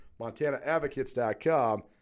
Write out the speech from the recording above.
montanaadvocates.com